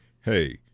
Hey